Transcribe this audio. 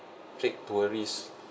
take tourist